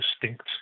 distinct